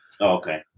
Okay